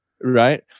right